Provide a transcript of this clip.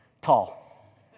Tall